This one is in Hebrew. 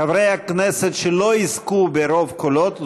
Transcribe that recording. חברי הכנסת שלא יזכו ברוב קולות,